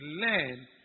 learn